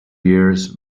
years